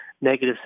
negative